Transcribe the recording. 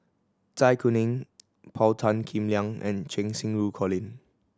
Zai Kuning Paul Tan Kim Liang and Cheng Xinru Colin